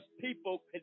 people